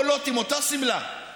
את זה עוד לא שמעתי במליאה.